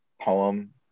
poem